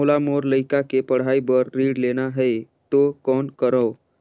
मोला मोर लइका के पढ़ाई बर ऋण लेना है तो कौन करव?